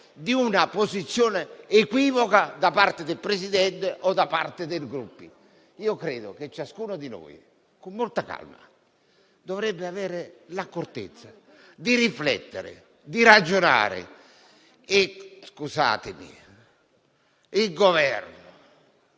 una posizione equivoca da parte del Presidente o dei Gruppi. Credo che ciascuno di noi, con molta calma, debba avere l'accortezza di riflettere, di ragionare. Inoltre dico al Governo